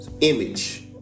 Image